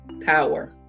power